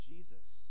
Jesus